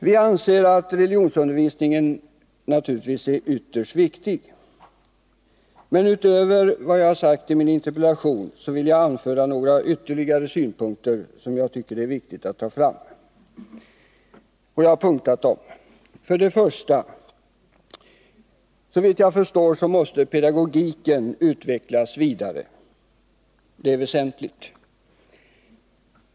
Vi anser att religionsundervisning naturligtvis är ytterst viktig. Men utöver vad jag har sagt i min interpellation vill jag anföra några ytterligare synpunkter, som jag tycker är viktiga att ta fram. 1. Såvitt jag förstår måste pedagogiken utvecklas vidare. Det är väsentligt.